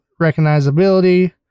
recognizability